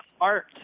art